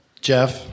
Jeff